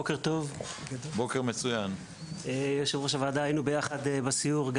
בוקר טוב יושב ראש הוועדה, היינו ביחד בסיור.